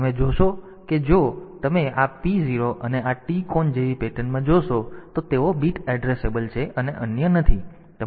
તેથી તમે જોશો કે જો તમે આ P0 અને આ Tcon જેવી પેટર્નમાં જોશો તો તેઓ બીટ એડ્રેસેબલ છે અને અન્ય નથી